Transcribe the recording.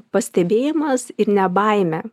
pastebėjimas ir ne baimė